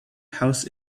house